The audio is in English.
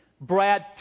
Brad